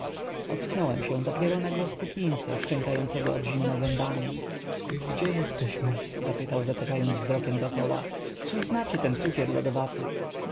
ocknąłem się dopiero na głos puckinsa szczękając od zimna zębami gdzie jesteśmy zapytał zataczając wzrokiem dokoła cóż znaczy ten cukier lodowaty